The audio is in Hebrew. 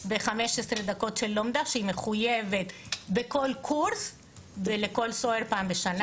ב-15 דקות של לומדה שהיא מחויבת בכל קורס ולכל סוהר פעם בשנה.